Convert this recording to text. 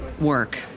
work